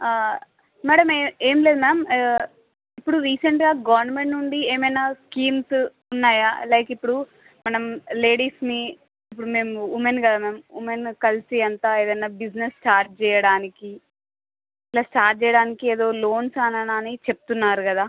madam ఏ ఏం లేదు మ్యామ్ ఇప్పుడు రీసెంట్గా గవర్నమెంట్ నుండి ఏమైనా స్కీమ్స్ ఉన్నాయా లైక్ ఇప్పడు మనం లేడీస్మి ఇప్పుడు మేము ఉమెన్ కదా మ్యామ్ ఉమెన్ కలిసి అంతా ఏదన్నా బిజినెస్ స్టార్ట్ చేయడానికి ప్లస్ స్టార్ట్ చేయడానికి ఏదో లోన్స్ అనని అని చెప్తున్నారు కదా